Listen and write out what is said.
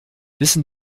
wissen